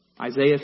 Isaiah